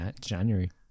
january